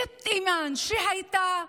היא אימאן שהייתה,